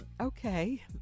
okay